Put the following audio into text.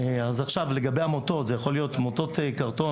לגבי המוטות זה יכול להיות מוטות קרטון,